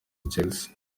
chelsea